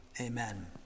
Amen